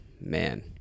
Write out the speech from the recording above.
man